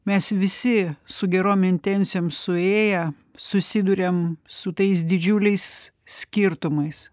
mes visi su gerom intencijom suėję susiduriam su tais didžiuliais skirtumais